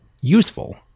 useful